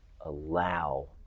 allow